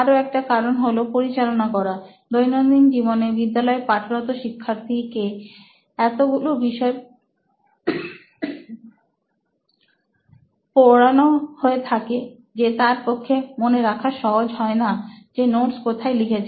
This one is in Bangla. আরও একটা কারণ হল পরিচালনা করা দৈনন্দিন জীবনে বিদ্যালয়ের পাঠরত শিক্ষার্থীকে এতগুলো বিষয় পড়ানো হয়ে থাকে যে তার পক্ষে মনে রাখা সহজ হয় না যে নোটস কোথায় লিখেছে